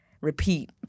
Repeat